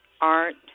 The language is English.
art